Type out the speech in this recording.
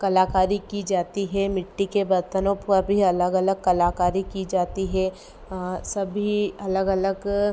कलाकारी की जाती है मिट्टी के बर्तनों पर भी अलग अलग कलाकारी की जाती है सभी अलग अलग